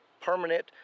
permanent